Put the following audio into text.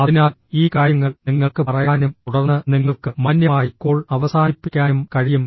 അതിനാൽ ഈ കാര്യങ്ങൾ നിങ്ങൾക്ക് പറയാനും തുടർന്ന് നിങ്ങൾക്ക് മാന്യമായി കോൾ അവസാനിപ്പിക്കാനും കഴിയും